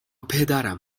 پدرم